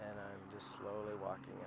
and i'm just slowly walking